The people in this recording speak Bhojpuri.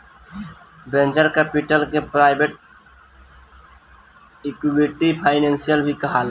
वेंचर कैपिटल के प्राइवेट इक्विटी फाइनेंसिंग भी कहाला